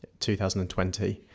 2020